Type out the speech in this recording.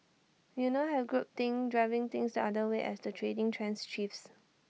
you now have group think driving things the other way as the trading trends shifts